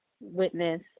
witness